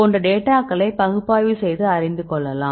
போன்ற டேட்டாக்களை பகுப்பாய்வு செய்து அறிந்து கொள்ளலாம்